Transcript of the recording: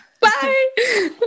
Bye